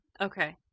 Okay